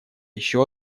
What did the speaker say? еще